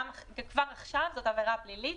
כבר עכשיו זאת עבירה פלילית,